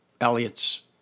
Elliot's